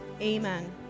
Amen